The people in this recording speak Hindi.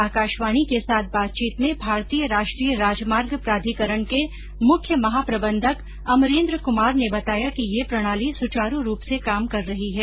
आकाशवाणी के साथ बातचीत में भारतीय राष्ट्रीय राजमार्ग प्राधिकरण के मुख्य महाप्रबंधक अमरेन्द्र क्मार ने बताया कि ये प्रणाली सुचारू रूप से काम कर रही है